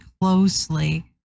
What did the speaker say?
closely